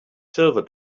silver